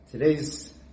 Today's